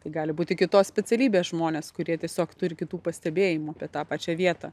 tai gali būti kitos specialybės žmonės kurie tiesiog turi kitų pastebėjimų apie tą pačią vietą